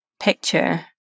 picture